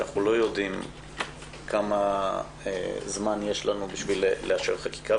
שאנחנו לא יודעים כמה זמן יש לנו בשביל לאשר חקיקה,